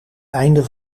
einde